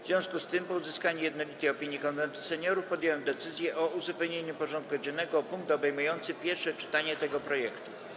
W związku z tym, po uzyskaniu jednolitej opinii Konwentu Seniorów, podjąłem decyzję o uzupełnieniu porządku dziennego o punkt obejmujący pierwsze czytanie tego projektu.